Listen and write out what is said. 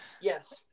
Yes